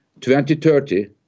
2030